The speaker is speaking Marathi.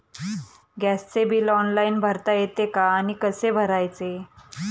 गॅसचे बिल ऑनलाइन भरता येते का आणि कसे भरायचे?